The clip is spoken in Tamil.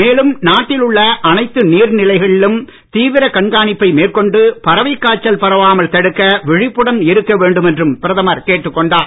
மேலும் நாட்டில் உள்ள அனைத்து நீர்நிலைகளிலும் தீவிரக் கண்காணிப்பை மேற்கொண்டு பறவைக்காய்ச்சல் பரவால் தடுக்க விழிப்புடன் இருக்க வேண்டும் என்றும் பிரதமர் கேட்டுக் கொண்டார்